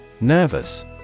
Nervous